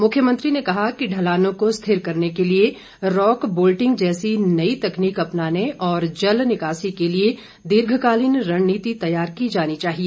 मुख्यमंत्री ने कहा कि ढलानों को स्थिर करने के लिए रॉक बोल्टिंग जैसी नई तकनीक अपनाने और जल निकासी के लिए दीर्घकालीन रणनीति तैयार की जानी चाहिए